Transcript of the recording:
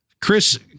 chris